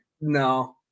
No